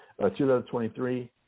2023